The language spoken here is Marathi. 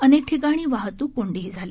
अनेक ठिकाणी वाहतूक कोर्डीही झाली